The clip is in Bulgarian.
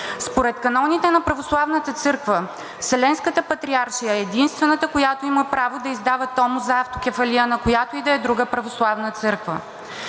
Според каноните на православната църква Вселенската патриаршия е единствената, която има право да издава томос за автокефалия, на която и да е друга православна църква.